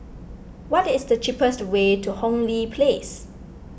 what is the cheapest way to Hong Lee Place